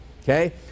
okay